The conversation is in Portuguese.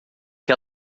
que